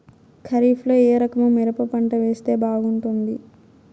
ఖరీఫ్ లో ఏ రకము మిరప పంట వేస్తే బాగుంటుంది